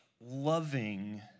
loving